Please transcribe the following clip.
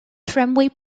tramway